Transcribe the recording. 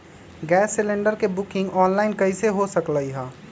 Gas cylinder के booking online कईसे हो सकलई ह?